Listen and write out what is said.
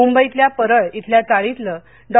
मुंबईतल्या परळ इथल्या चाळीतलं डॉ